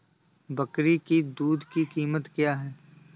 बकरी की दूध की कीमत क्या है?